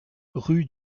rue